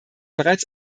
bereits